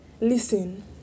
Listen